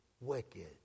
wicked